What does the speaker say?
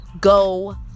go